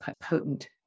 potent